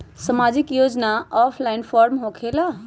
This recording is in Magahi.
समाजिक योजना ऑफलाइन फॉर्म होकेला?